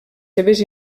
seves